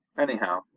anyhow,